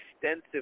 extensive